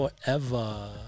forever